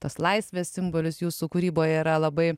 tas laisvės simbolis jūsų kūryboje yra labai